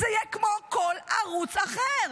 זה יהיה כמו כל ערוץ אחר,